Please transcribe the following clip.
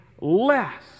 less